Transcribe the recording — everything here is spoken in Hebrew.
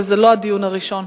וזה לא הדיון הראשון,